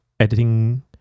Editing